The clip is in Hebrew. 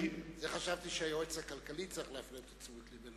חשבתי שהיועץ הכלכלי צריך להפנות את תשומת לבנו,